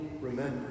remember